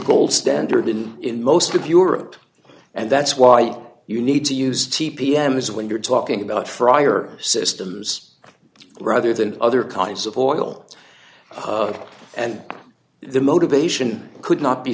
gold standard in in most of europe and that's why you need to use t p m is when you're talking about fryer systems rather than other kinds of oil and the motivation could not be